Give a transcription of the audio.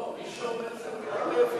לא, מי שעונה זה מיקי לוי.